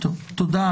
תודה.